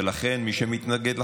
ולכן מי שמתנגד לחוק,